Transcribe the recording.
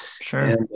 Sure